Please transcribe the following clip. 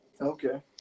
Okay